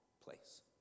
place